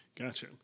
Gotcha